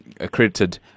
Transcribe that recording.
accredited